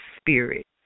spirit